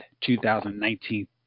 2019